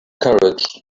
courage